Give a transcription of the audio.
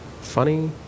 funny